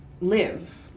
live